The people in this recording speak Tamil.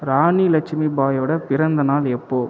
ராணி லட்சுமி பாயோட பிறந்தநாள் எப்போது